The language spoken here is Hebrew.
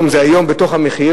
היום זה בתוך המחיר,